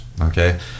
okay